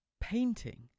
painting